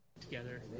Together